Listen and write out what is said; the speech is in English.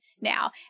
now